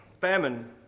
famine